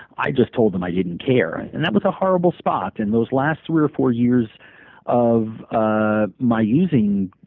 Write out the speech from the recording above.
i just told them i didn't care. and and that was like a horrible spot. and those last three or four years of ah my using,